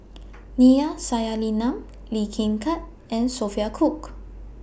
Neila Sathyalingam Lee Kin Tat and Sophia Cooke